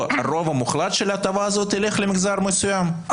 מוחלט של ההטבה הזאת תלך למגזר מסוים,